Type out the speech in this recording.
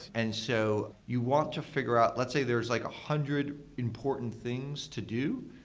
and so you want to figure out, let's say there's like a hundred important things to do.